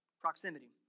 proximity